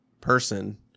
person